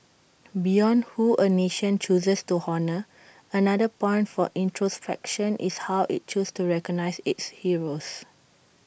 beyond who A nation chooses to honour another point for introspection is how IT chooses to recognise its heroes